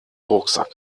rucksack